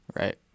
Right